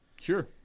Sure